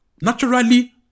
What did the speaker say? Naturally